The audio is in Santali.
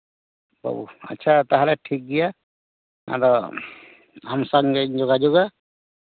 ᱟᱪᱪᱷᱟ ᱛᱟᱦᱚᱞᱮ ᱴᱷᱤᱠ ᱜᱮᱭᱟ ᱟᱫᱚ ᱟᱢ ᱥᱟᱶᱜᱤᱧ ᱡᱳᱜᱟ ᱡᱳᱜᱽᱼᱟ